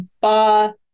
Ba